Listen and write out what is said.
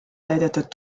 täidetud